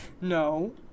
No